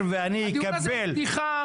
ואני צריך לקבל --- הדיון הזה בדיחה.